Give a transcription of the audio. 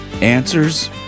answers